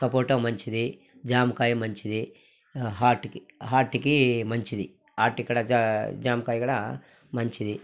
సపోటా మంచిది జామకాయ మంచిది హార్ట్కి హార్ట్కి మంచిది హార్ట్ ఇక్కడ జా జామకాయ కూడా మంచిది